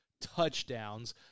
touchdowns